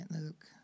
Luke